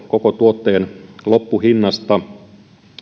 koko tuotteen loppuhinnasta